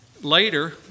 later